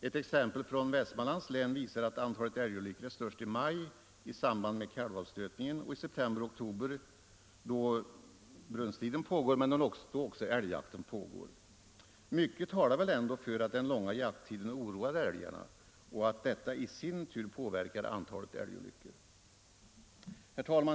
Ett exempel från Västmanlands län visar att antalet älgolyckor är störst i maj, i samband med kalvavstötningen, och i september och oktober, då brunsttiden infaller men då också älgjakten pågår. Mycket talar väl ändå för att den långa jakttiden oroar älgarna och att detta i sin tur påverkar antalet älgolyckor. Herr talman!